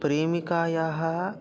प्रेमिकायाः